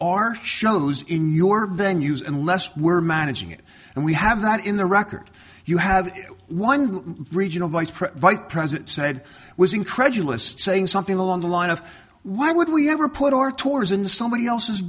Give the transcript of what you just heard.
our shows in your venues unless we're managing it and we have that in the record you have one regional vice president said was incredulous saying something along the line of why would we ever put our tours in somebody else's